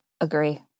Agree